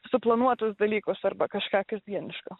suplanuotus dalykus arba kažką kasdieniška